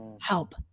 help